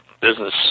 business